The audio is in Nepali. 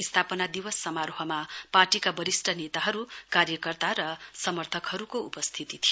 स्थापना दिवस समारोहमा पार्टीका वरिष्ठ नेताहरू कार्यकर्ता र धेरै समर्थकहरूको उपस्थिति थियो